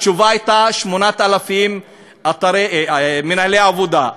התשובה הייתה 8,000 מנהלי עבודה.